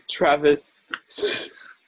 Travis